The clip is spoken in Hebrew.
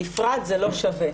נפרד זה לא שווה.